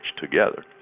together